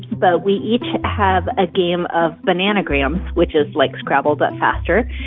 but we each have a game of bananagrams, which is like scrabble, but faster.